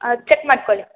ಅದು ಚೆಕ್ ಮಾಡ್ಕೊಳ್ಳಿ